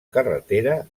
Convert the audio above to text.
carretera